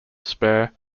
spare